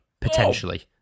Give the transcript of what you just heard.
potentially